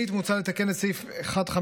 שנית, מוצע לתקן את סעיף 151(ג)